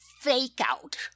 fake-out